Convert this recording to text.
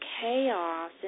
chaos